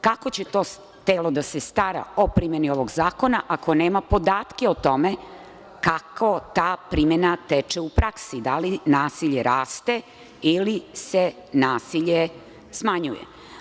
Kako će to telo da se stara o primeni ovog zakona ako nema podatke o tome kako ta primena teče u praksi, da li nasilje raste ili se nasilje smanjuje?